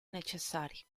necessari